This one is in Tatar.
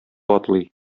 атлый